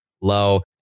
low